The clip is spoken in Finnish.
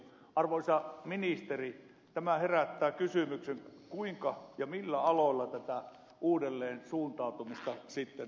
arvoisa ministeri tämä herättää kysymyksen kuinka ja millä aloilla tätä uudelleensuuntautumista sitten tehtäisiin